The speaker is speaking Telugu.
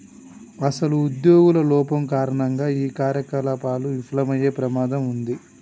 అసలు ఉద్యోగుల లోపం కారణంగా ఈ కార్యకలాపాలు విఫలమయ్యే ప్రమాదం ఉంది